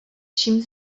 čím